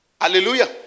Hallelujah